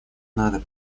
надо